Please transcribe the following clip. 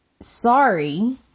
sorry